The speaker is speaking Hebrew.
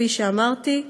כפי שאמרתי,